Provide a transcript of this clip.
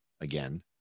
again